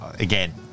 again